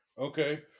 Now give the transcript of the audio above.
Okay